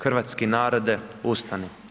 Hrvatski narode ustani.